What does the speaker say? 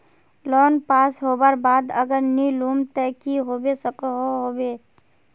Loan pass होबार बाद अगर नी लुम ते की होबे सकोहो होबे?